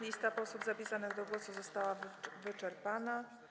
Lista posłów zapisanych do głosu została wyczerpana.